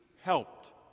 helped